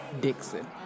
Dixon